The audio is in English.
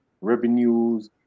revenues